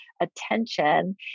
attention